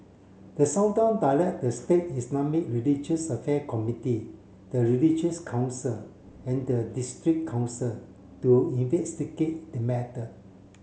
the Sultan direct the state Islamic religious affair committee the religious council and the district council to investigate the matter